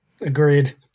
Agreed